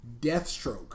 Deathstroke